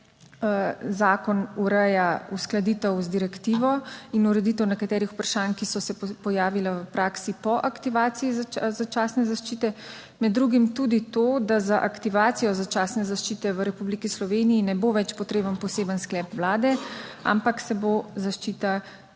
zakon ureja uskladitev z direktivo in ureditev nekaterih vprašanj, ki so se pojavila v praksi po aktivaciji začasne zaščite. Med drugim tudi to, da za aktivacijo začasne zaščite v Republiki Sloveniji ne bo več potreben poseben sklep Vlade, ampak se bo zaščita